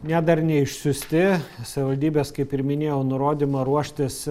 ne dar neišsiųsti savivaldybės kaip ir minėjau nurodymą ruoštis